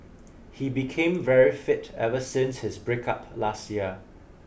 he became very fit ever since his break up last year